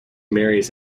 marries